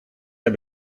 heb